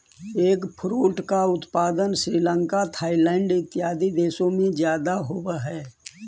eggfruit का उत्पादन Sri Lanka Thailand इत्यादि देशों में ज्यादा होवअ हई